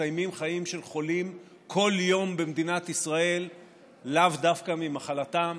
מסתיימים חיים של חולים כל יום במדינת ישראל לאו דווקא ממחלתם,